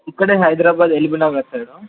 ఇక్కడే Hyderabad LB Nagar side